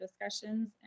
discussions